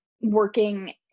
working